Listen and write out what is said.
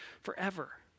forever